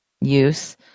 use